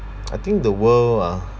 I think the world ah